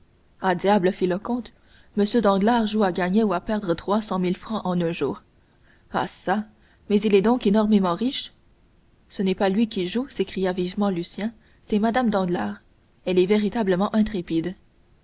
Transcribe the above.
diable fit le comte m danglars joue à gagner ou à perdre trois cent mille francs en un jour ah çà mais il est donc énormément riche ce n'est pas lui qui joue s'écria vivement lucien c'est mme danglars elle est véritablement intrépide